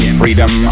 freedom